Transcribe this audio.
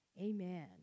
amen